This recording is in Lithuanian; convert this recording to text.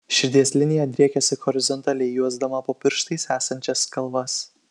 širdies linija driekiasi horizontaliai juosdama po pirštais esančias kalvas